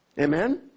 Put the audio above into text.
Amen